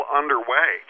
underway